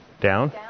Down